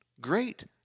Great